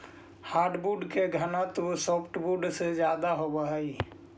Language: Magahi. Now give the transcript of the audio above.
हार्डवुड के घनत्व सॉफ्टवुड से ज्यादा होवऽ हइ